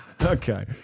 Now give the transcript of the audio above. Okay